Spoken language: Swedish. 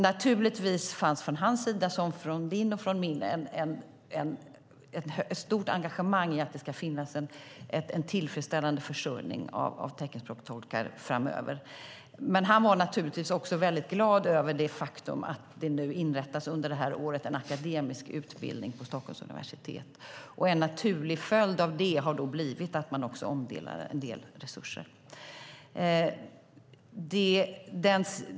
Naturligtvis fanns från hans sida, liksom från din och min, ett stort engagemang i att det ska finnas en tillfredsställande försörjning av teckenspråkstolkar framöver, men han var också mycket glad över det faktum att det under det här året inrättas en akademisk utbildning för teckenspråkstolkar vid Stockholms universitet. En naturlig följd av det har blivit att man också omfördelar en del resurser.